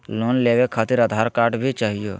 Loan लेवे खातिरआधार card भी चाहियो?